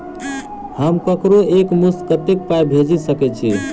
हम ककरो एक मुस्त कत्तेक पाई भेजि सकय छी?